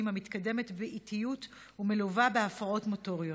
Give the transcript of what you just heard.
המתקדמת באיטיות ומלווה בהפרעות מוטוריות.